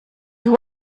you